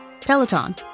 Peloton